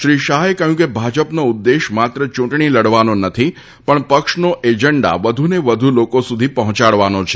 શ્રી શાહે કહ્યું કે ભાજપનો ઉદ્દેશ માત્ર ચૂંટણી લડવાનો નથી પણ પક્ષનો એજન્ડા વધુને વધુ લોકો સુધી પહોંચાડવાનો છે